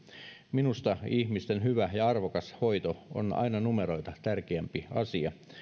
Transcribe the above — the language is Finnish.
minusta ihmisten hyvä ja ja arvokas hoito on aina numeroita tärkeämpi asia